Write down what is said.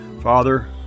Father